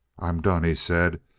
i'm done, he said,